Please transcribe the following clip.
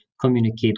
communicate